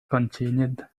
continued